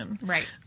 Right